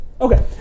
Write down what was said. Okay